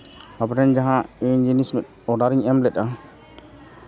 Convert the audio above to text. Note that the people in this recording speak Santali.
ᱟᱵᱚᱨᱮᱱ ᱡᱟᱦᱟᱸ ᱩᱧ ᱡᱤᱱᱤᱥ ᱚᱰᱟᱨ ᱤᱧ ᱮᱢ ᱞᱮᱜᱼᱟ